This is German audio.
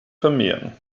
vermehren